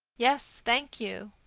yes, thank you.